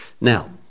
Now